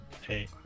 hey